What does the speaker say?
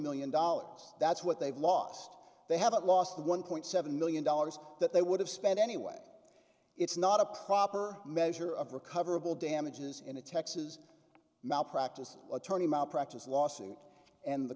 million dollars that's what they've lost they haven't lost one point seven million dollars that they would have spent anyway it's not a proper measure of recoverable damages in a texas malpractise attorney malpractise lawsuit and the